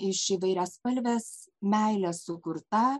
iš įvairiaspalvės meilės sukurta